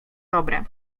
dobre